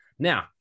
Now